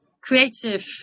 creative